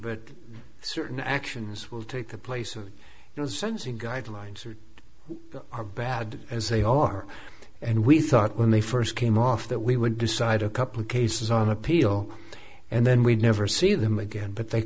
but certain actions will take the place of incensing guidelines or are bad as they are and we thought when they first came off that we would decide a couple cases on appeal and then we'd never see them again but they